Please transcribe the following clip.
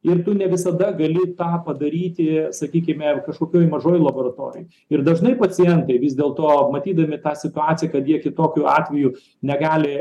ir tu ne visada gali tą padaryti sakykime kažkokioj mažoj laboratorijoj ir dažnai pacientai vis dėlto matydami tą situaciją kad jie kitokiu atvejus negali